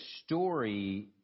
story